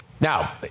Now